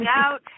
out